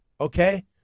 Okay